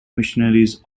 missionaries